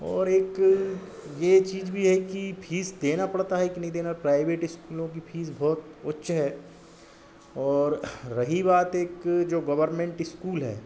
और एक यह चीज़ भी है कि फीस देना पड़ता है कि नहीं देना प्राइवेट इस्कूलों की फीस बहुत उच्च है और रही बात एक जो गवर्मेंट इस्कूल है